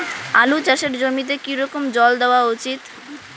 আলু চাষের জমিতে কি রকম জল দেওয়া উচিৎ?